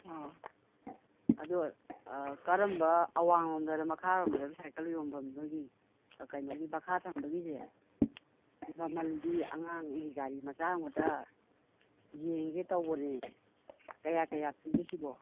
ꯑꯥ ꯑꯗꯨ ꯀꯔꯝꯕ ꯑꯋꯥꯡꯂꯣꯝꯗꯔꯥ ꯃꯈꯥꯔꯣꯝꯗꯔꯥ ꯁꯥꯏꯀꯜ ꯌꯣꯟꯐꯝ ꯅꯣꯏꯒꯤ ꯀꯩꯅꯣꯒꯤ ꯃꯈꯥ ꯊꯪꯕꯒꯤꯁꯦ ꯃꯃꯟꯗꯤ ꯑꯉꯥꯡꯒꯤ ꯒꯥꯔꯤ ꯃꯆꯥ ꯑꯃꯈꯛꯇ ꯌꯦꯡꯒꯦ ꯇꯧꯕꯅꯦ ꯀꯌꯥ ꯀꯌꯥ ꯄꯤꯒꯦ ꯁꯤꯕꯣ